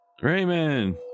Raymond